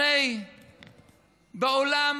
הרי בעולם,